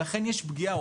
ולכן יש פגיעה,